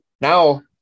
Now